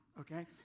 okay